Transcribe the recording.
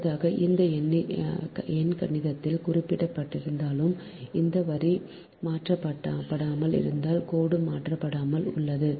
அடுத்ததாக இந்த எண்கணிதத்தில் குறிப்பிடப்பட்டிருந்தாலும் அந்த வரி மாற்றப்படாமல் இருந்தால் கோடு மாற்றப்படாமல் உள்ளது